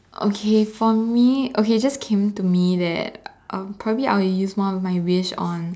okay for me okay it just came to me that um probably I'll use one of my wish on